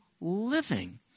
living